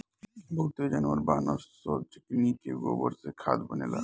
बहुते जानवर बानअ सअ जेकनी के गोबर से खाद बनेला